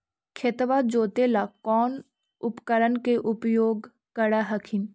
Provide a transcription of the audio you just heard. खेतबा जोते ला कौन उपकरण के उपयोग कर हखिन?